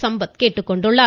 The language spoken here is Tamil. சம்பத் கேட்டுக்கொண்டுள்ளார்